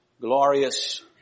Glorious